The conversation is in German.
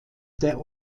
der